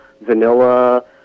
vanilla